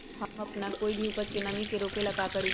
हम अपना कोई भी उपज के नमी से रोके के ले का करी?